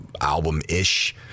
album-ish